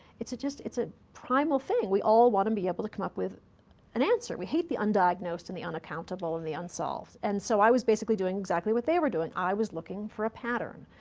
it's just it's a primal thing. we all want to and be able to come up with an answer. we hate the undiagnosed and the unaccountable and the unsolved. and so i was, basically, doing exactly what they were doing i was looking for a pattern.